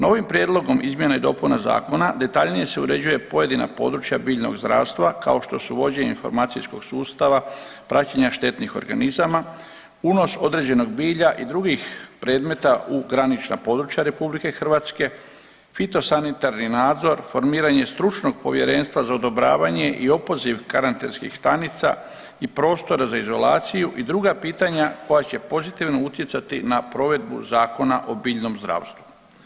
Novim prijedlogom izmjena i dopuna zakona detaljnije se uređuje pojedina područja biljnog zdravstva kao što su uvođenje informacijskog sustava, praćenja štetnih organizama, unos određenog bilja i drugih predmeta u granična područja RH, fitosanitarni nadzor, formiranje stručnog povjerenstva za odobravanje i opoziv karantenskih stanica i prostora za izolaciju i druga pitanja koja će pozitivno utjecati na provedbu Zakona o biljnom zdravstvu.